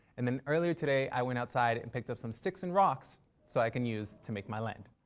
and then earlier today, i went outside and picked up some sticks and rocks so i can use to make my land.